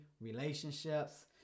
relationships